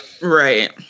Right